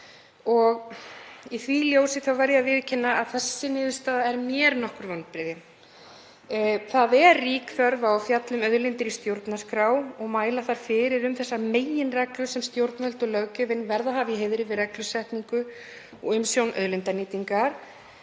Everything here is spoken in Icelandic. og í því ljósi verð ég að viðurkenna að þessi niðurstaða er mér nokkur vonbrigði. Rík þörf er á að fjalla um auðlindir í stjórnarskrá og mæla þar fyrir um þá meginreglu sem stjórnvöld og löggjöfin verða að hafa í heiðri við reglusetningu og umsjón auðlindanýtingar.